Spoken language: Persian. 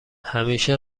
همیشه